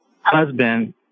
husband